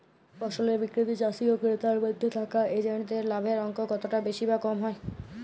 ফসলের বিক্রিতে চাষী ও ক্রেতার মধ্যে থাকা এজেন্টদের লাভের অঙ্ক কতটা বেশি বা কম হয়?